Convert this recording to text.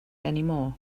anymore